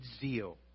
zeal